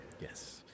Yes